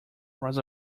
was